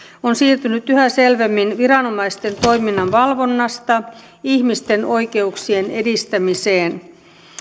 on siirtynyt yhä selvemmin viranomaisten toiminnan valvonnasta ihmisten oikeuksien edistämiseen